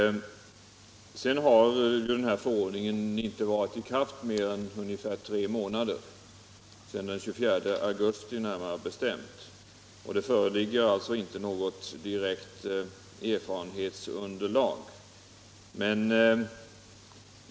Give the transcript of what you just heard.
statlig upphandling Den här förordningen har inte varit i kraft mer än ungefär tre månader — av råolja m.m. — närmare bestämt sedan den 24 augusti — och det föreligger alltså inte något direkt erfarenhetsunderlag.